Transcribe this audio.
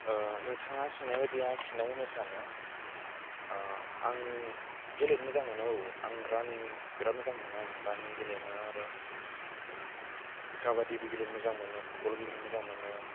नोंथाङा सोंनायबायदि आं फिननाय होनो सानो आं गेलेनो मोजां मोनो औ आं रानिं बिराद मोजां मोनो आं रानिं गेलेनो आरो काबाडिबो गेलेनो मोजां मोनो फुटबल गेलेनो मोजां मोनो